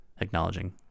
acknowledging